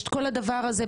יש את כל הדבר הזה.